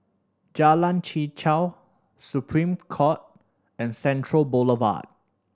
Jalan Chichau Supreme Court and Central Boulevard